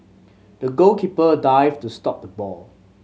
the goalkeeper dived to stop the ball